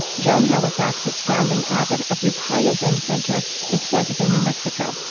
joan halifax is founding abbot of yeah upaya zen center in santa fe, new mexico,